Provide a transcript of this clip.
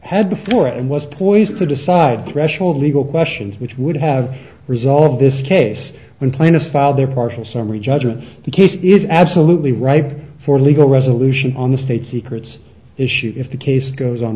had before and was poised to decide threshold legal question which would have resolved this case when plaintiff filed their partial summary judgment the case is absolutely right for a legal resolution on the state secrets issue if the case goes on